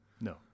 No